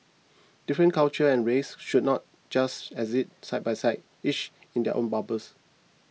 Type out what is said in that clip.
different cultures and races should not just exist side by side each in their own bubbles